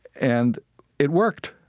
and it worked.